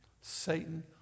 Satan